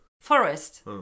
forest